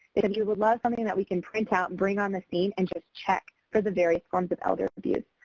and we would love something that we can print out and bring on the scene and just check for the various forms of elder abuse.